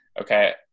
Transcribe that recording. okay